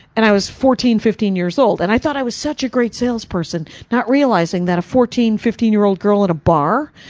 and i was fourteen fifteen years old. and i thought i was such a great salesperson, not realizing that a fourteen fifteen year-old girl in a bar,